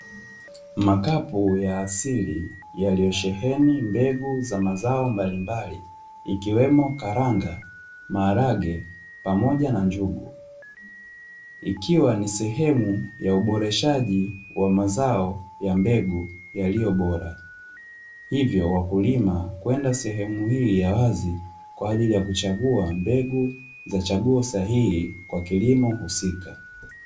Makapu ya asili yaliyosheheni mbegu za mazao mbalimbali, ikiwemo karanga, maharage, pamoja na njugu. Ikiwa ni sehemu ya uboreshaji wa mazao ya mbegu yaliyo bora, hivyo wakulima huenda sehemu hii ya wazi kwa ajili ya kuchagua mbegu za chaguo sahihi kwa kilimo husika.